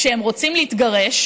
כשהם רוצים להתגרש,